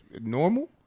normal